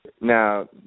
Now